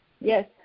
Yes